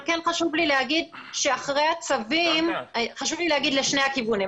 אבל כן חשוב לי להגיד לשני הכיוונים,